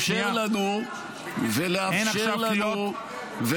אין עכשיו קריאות.